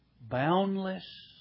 boundless